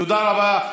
תודה רבה.